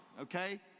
okay